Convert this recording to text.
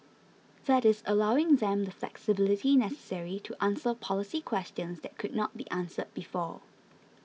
that is allowing them the flexibility necessary to answer policy questions that could not be answered before